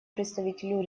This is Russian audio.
представителю